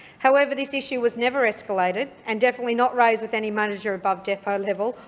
however, this issue was never escalated, and definitely not raised with any manager above depot level,